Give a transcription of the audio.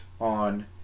on